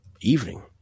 evening